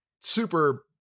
super